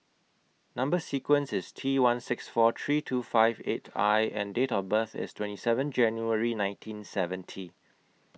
Number sequence IS T one six four three two five eight I and Date of birth IS twenty seven January nineteen seventy